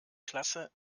klasse